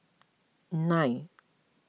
nine